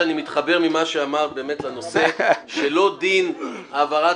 שאני מתחבר למה שאמרת באמת לנושא שלא דין העברת